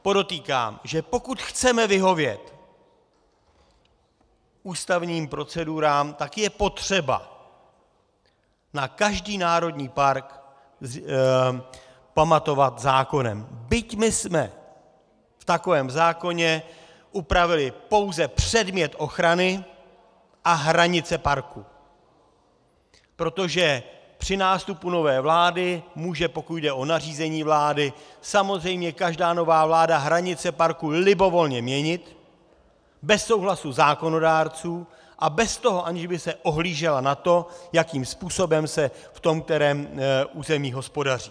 Podotýkám, že pokud chceme vyhovět ústavním procedurám, tak je potřeba na každý národní park pamatovat zákonem, byť bychom v takovém zákoně upravili pouze předmět ochrany a hranice parku, protože při nástupu nové vlády může, pokud jde o nařízení vlády, samozřejmě každá nová vláda hranice parku libovolně měnit bez souhlasu zákonodárců a bez toho, že by se ohlížela na to, jakým způsobem se v tom kterém území hospodaří.